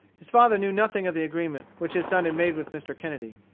his father knew nothing of the agreement which his son had made with mr. kennedy.